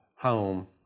home